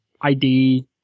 ID